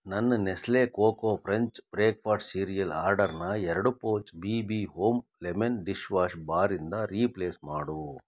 ನನ್ನ Nestle Koko Krunch breakfast cereal ಆರ್ಡರ್ನ ಎರಡು pouch B B home lemon dish wash bar ಇಂದ replace ಮಾಡು